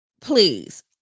please